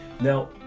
now